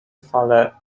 fale